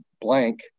blank